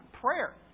Prayer